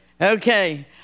Okay